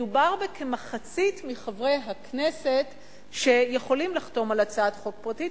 מדובר בכמחצית מחברי הכנסת שיכולים לחתום על הצעת חוק פרטית,